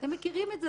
ואתם מכירים את זה,